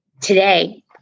today